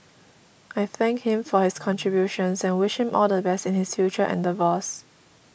I thank him for his contributions and wish him all the best in his future endeavours